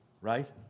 Right